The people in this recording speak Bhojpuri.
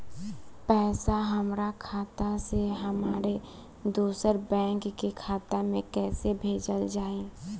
पैसा हमरा खाता से हमारे दोसर बैंक के खाता मे कैसे भेजल जायी?